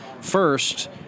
first